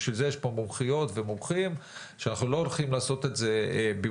בשביל זה יש כאן מומחיות ומומחים שאנחנו לא הולכים לעשות את זה במקומם.